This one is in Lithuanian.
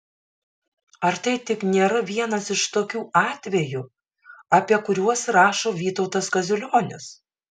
ar tai tik nėra vienas iš tokių atvejų apie kuriuos rašo vytautas kaziulionis